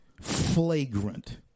flagrant